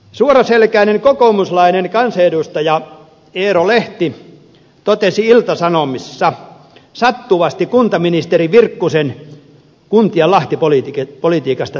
suoraselkäinen kokoomuslainen kansanedustaja eero lehti totesi ilta sanomissa sattuvasti kuntaministeri virkkusen kuntien lahtipolitiikasta seuraavaa